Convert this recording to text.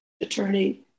attorney